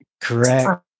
Correct